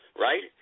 Right